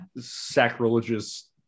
sacrilegious